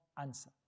answer